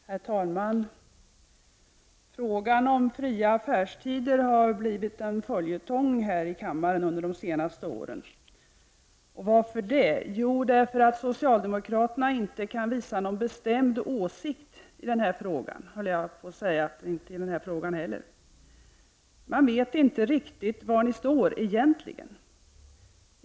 Herr talman! Frågan om fria affärstider har blivit en följetong här i riksdagen under de senaste åren. Varför det? Jo, därför att socialdemokraterna inte kan visa någon bestämd åsikt — i den här frågan heller, höll jag på att säga. Man vet inte riktigt var ni står egentligen.